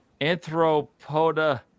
anthropoda